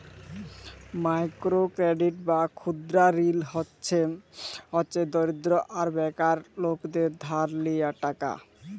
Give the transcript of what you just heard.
micro credit বা ক্ষুদা ঋল হছে দরিদ্র আর বেকার লকদের ধার লিয়া টাকা